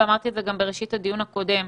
ואמרתי זאת גם בראשית הדיון הקודם,